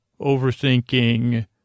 overthinking